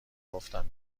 گفتم